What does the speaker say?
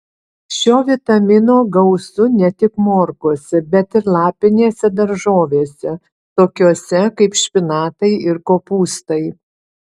šio vitamino gausu ne tik morkose bet ir lapinėse daržovėse tokiose kaip špinatai ir kopūstai